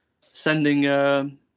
sending